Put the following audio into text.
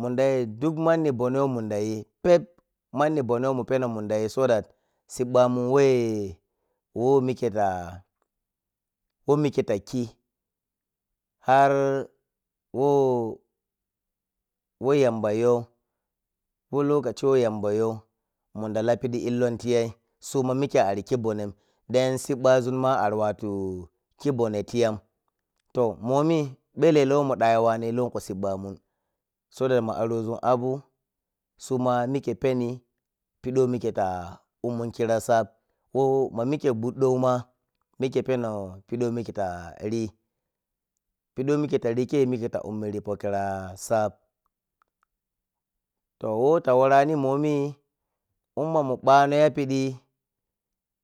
mundayi duk manni mɓone who mundayi pep manni bone who mum peno mundayi so dat siɓɓamun whe who mike ta who mike ta hu hatr who whe yambayo ko lokaci whe yambayo muda la pidi illon tiyay suma mike ari khi bonem den siɓɓazunma ari wato khi bone tiyam to momi belelea who munɗa yuwani welenau siɓɓa mun so that ma arozun abu suma pike peni pediwho mike ta ummun kira ssap ko mamike guɗɗou ma mike penu pidiwho mike tari pidiwho mike tarikei mike ta ummuri po kira sap toh who tawarani momi unna nuɓano yapiɗi.